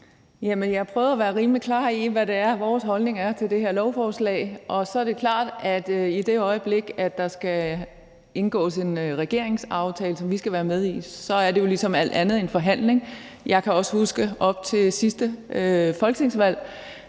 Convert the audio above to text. jeg prøvede at være rimelig klar, med hensyn til hvad vores holdning er til det her lovforslag. Og så er det klart, at i det øjeblik, der skal indgås en regeringsaftale, som vi skal være med i, så er det jo ligesom med alt andet en forhandling. Jeg kan også huske op til sidste folketingsvalg,